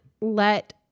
let